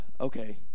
okay